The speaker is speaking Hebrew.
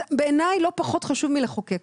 זה בעיניי לא פחות חשוב מלחוקק.